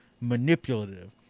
manipulative